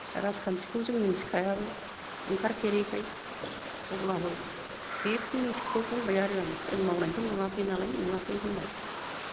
राजखान्थिखौ जों मोन्थि खायाबो ओंखार फेरैखाय अब्लाबो बे फंनैसोखौ बुंबाय आरो आं जों मावनायखौ नुवाखै नालाय नुवाखै होनबाय